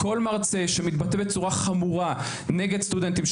כל מרצה שמתבטא בצורה חמורה נגד סטודנטים,